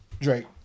Drake